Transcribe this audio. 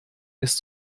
ist